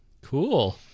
Cool